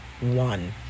one